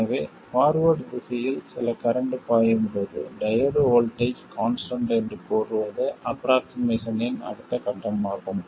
எனவே ஃபார்வர்ட் திசையில் சில கரண்ட் பாயும் போது டையோடு வோல்ட்டேஜ் கான்ஸ்டன்ட் என்று கூறுவது ஆஃப்ரோக்ஷிமேசன் இன் அடுத்த கட்டமாகும்